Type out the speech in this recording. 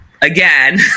again